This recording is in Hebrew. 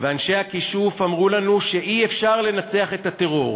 ואנשי הכישוף אמרו לנו שאי-אפשר לנצח את הטרור.